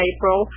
April